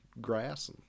grass